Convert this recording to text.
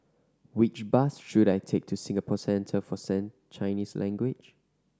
which bus should I take to Singapore Centre for Chinese Language